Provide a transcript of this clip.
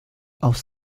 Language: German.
aus